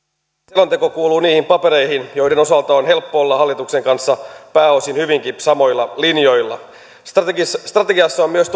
selonteko kuuluu niihin papereihin joiden osalta on helppo olla hallituksen kanssa pääosin hyvinkin samoilla linjoilla strategiassa strategiassa on on myös